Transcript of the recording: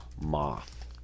moth